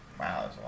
Wow